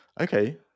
okay